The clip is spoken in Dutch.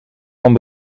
van